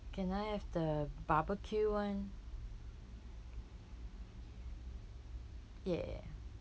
can I have the barbecue [one] yeah